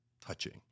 touching